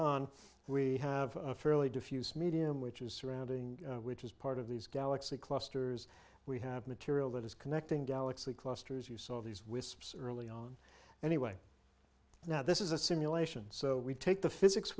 on we have a fairly diffuse medium which is surrounding which is part of these galaxy clusters we have material that is connecting galaxy clusters you saw these wisps early on anyway now this is a simulation so we take the physics